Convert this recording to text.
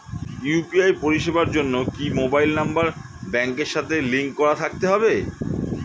UPI পরিষেবার জন্য কি মোবাইল নাম্বার ব্যাংকের সাথে লিংক করা থাকতে হবে?